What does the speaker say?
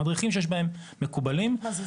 המדריכים שיש להם מקובלים --- מה זה,